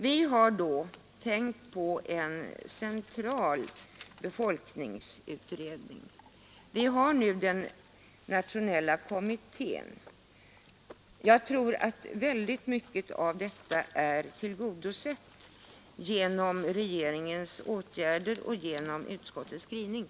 Vi har då tänkt på en central befolkningsutredning. Nu finns den nationella kommittén. Jag tror att mycket av detta är tillgodosett genom regeringens åtgärder och genom utskottets skrivning.